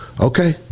okay